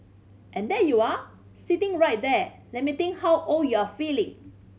and there you are sitting right there lamenting how old you're feeling